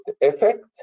effect